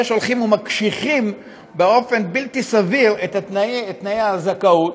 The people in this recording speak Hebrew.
הולכים ומקשיחים באופן בלתי סביר את תנאי הזכאות,